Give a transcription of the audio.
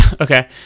okay